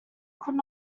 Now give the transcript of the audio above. could